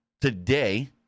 today